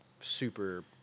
super